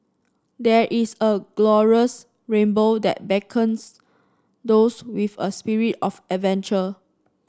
there is a glorious rainbow that beckons those with a spirit of adventure